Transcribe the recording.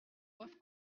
coiffe